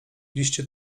liście